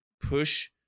push